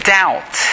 doubt